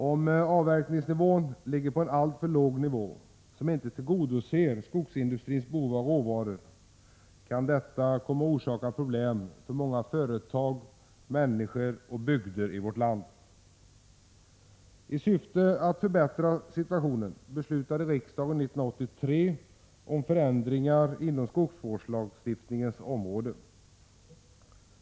Om avverkningsnivån ligger på en alltför låg nivå, som inte tillgodoser skogsindustrins behov av råvaror, kan detta orsaka problem för många människor, företag och bygder i vårt land. I syfte att förbättra situationen beslutade riksdagen 1983 om förändringar inom skogsvårdslagstiftningens område.